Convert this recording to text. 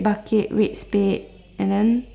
red bucket red spade and then